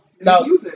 No